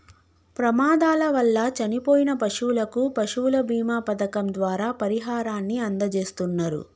ప్రమాదాల వల్ల చనిపోయిన పశువులకు పశువుల బీమా పథకం ద్వారా పరిహారాన్ని అందజేస్తున్నరు